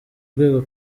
rwego